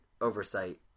oversight